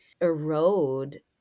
erode